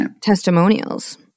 testimonials